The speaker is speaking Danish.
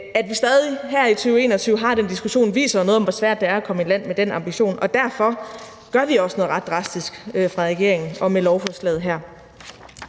her i 2021 har den diskussion, viser jo noget om, hvor svært det er at komme i land med den ambition, og derfor gør vi også noget ret drastisk fra regeringens side med lovforslaget her.